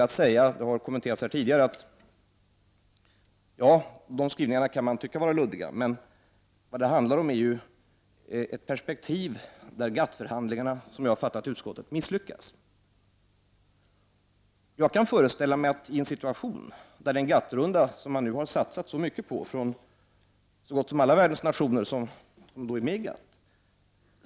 Det har kommenterats här tidigare, men jag vill säga att man visserligen kan tycka att skrivningarna är luddiga, men att vad det handlar om är ett perspektiv där GATT-förhandlingarna misslyckats, om jag förstått utskottet rätt. Man har nu satsat på en GATT-runda från alla världens nationer som är med i GATT.